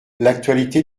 l’actualité